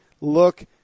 look